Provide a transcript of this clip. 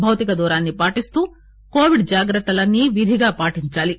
భౌతిక దూరాన్ని పాటిస్తూ కోవిడ్ జాగ్రత్తలన్నీ విధిగా పాటించాలి